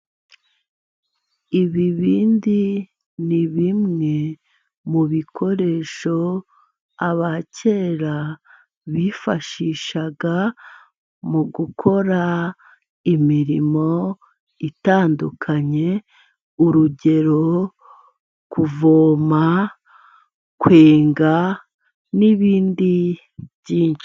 Ibibindi ni bimwe mu bikoresho，aba kera bifashishaga mu gukora imirimo itandukanye， urugero： Kuvoma， kwenga， n'ibindi byinshi.